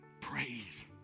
Praise